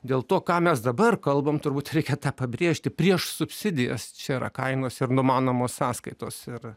dėl to ką mes dabar kalbam turbūt reikia tą pabrėžti prieš subsidijas čia yra kainos ir numanomos sąskaitos ir